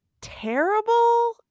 terrible